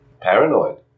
Paranoid